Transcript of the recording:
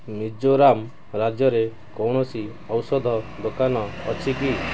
ମିଜୋରାମ୍ ରାଜ୍ୟରେ କୌଣସି ଔଷଧ ଦୋକାନ ଅଛି କି